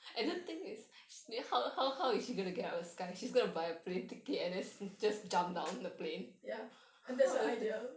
ya and that's her idea